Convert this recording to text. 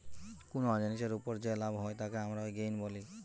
কুনো জিনিসের উপর যে লাভ হয় তাকে আমরা গেইন বলি